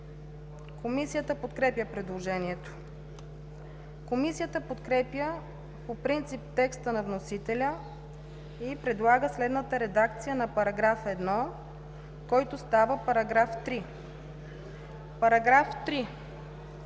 Комисията подкрепя предложението. Комисията подкрепя по принцип текста на вносителя и предлага следната редакция на § 1, който става § 3. „§ 3.